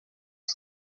his